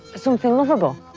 something lovable.